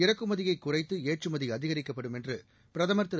இறக்குமதியை குறைத்து ஏற்றுமதி அதிகரிக்கப்படும் என்று பிரதமர் திரு